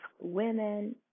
women